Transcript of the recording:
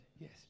yes